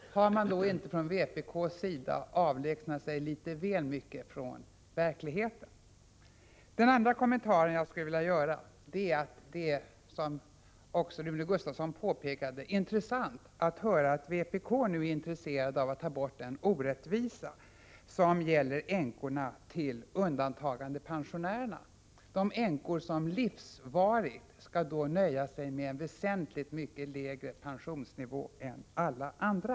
Har man inte från vpk:s sida avlägsnat sig litet för mycket från verkligheten? Den andra kommentaren jag skulle vilja göra är att det, vilket också Rune Gustavsson påpekade, är intressant att höra att vpk nu visar intresse för att ta bort den orättvisa som gäller änkorna till de s.k. undantagandepensionärerna, dvs. de änkor som livsvarigt skall nöja sig med en väsentligt mycket lägre pensionsnivå än alla andra.